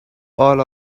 all